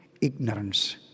ignorance